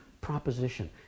proposition